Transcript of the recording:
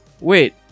wait